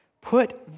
Put